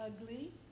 ugly